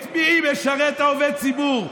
את מי משרת עובד הציבור?